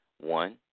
one